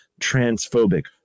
transphobic